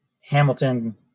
Hamilton